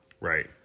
Right